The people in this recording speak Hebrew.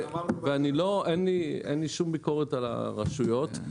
ואין לי שום ביקורת על הרשויות,